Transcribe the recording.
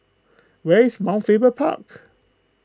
where is Mount Faber Park